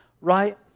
right